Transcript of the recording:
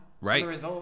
Right